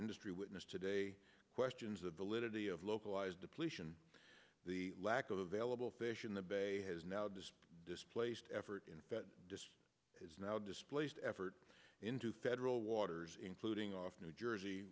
industry witness today questions of validity of localised depletion the lack of available fish in the bay has now disappeared displaced effort in fat is now displaced effort into federal waters including off new jersey